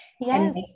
yes